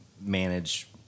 manage